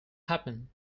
happen